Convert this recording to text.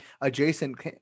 adjacent